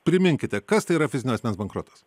priminkite kas tai yra fizinio asmens bankrotas